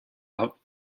out